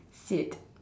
shit